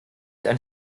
wir